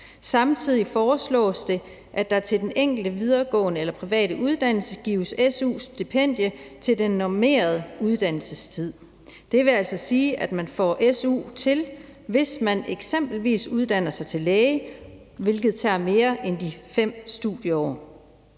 Samtidig foreslås det, at der til den enkelte videregående eller private uddannelse gives su-stipendie til den normerede uddannelsestid. Det vil altså sige, at man får su til det, hvis man eksempelvis uddanner sig til læge, hvilket tager mere end de 5 studieår.